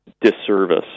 disservice